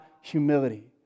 humility